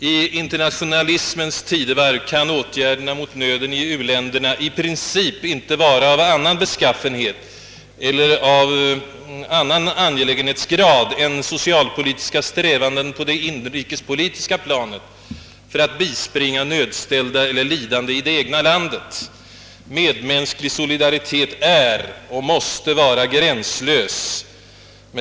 I internationalismens tidevarv kan åtgärderna mot nöden i u-länderna i princip inte vara av annan beskaffenhet eller av annan angelägenhetsgrad än socialpolitiska strävanden på det inrikespolitiska planet för att bispringa nödställda eller lidande i det egna landet. Medmänsklig solidaritet är och måste vara gränslös.